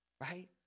Right